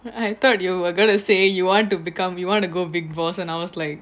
I thought you were gonna say you want to become you wanna go big boss and I'll was like